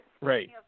right